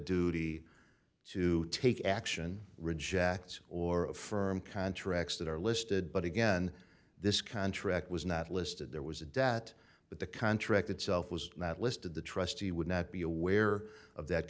duty to take action rejects or affirm contracts that are listed but again this contract was not listed there was a debt but the contract itself was not listed the trustee would not be aware of that